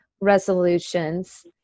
resolutions